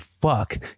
fuck